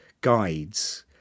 guides